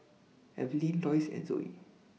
Evelyne Loyce and Zoie